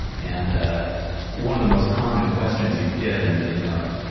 and ah one of the most common questions you get, and you know,